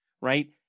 right